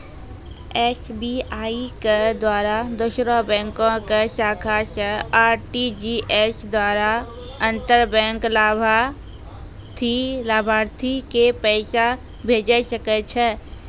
SBI के द्वारा दोसरो बैंको के शाखा से आर.टी.जी.एस द्वारा अंतर बैंक लाभार्थी के पैसा भेजै सकै छै